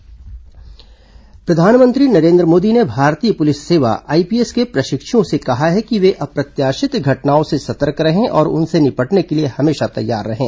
प्रधानमंत्री आईपीएस दीक्षांत प्रधानमंत्री नरेन्द्र मोदी ने भारतीय पुलिस सेवा आईपीएस के प्रशिक्षुओं से कहा है कि वे अप्रत्याशित घटनाओं से सतर्क रहें और उनसे निपटने के लिए हमेशा तैयार रहें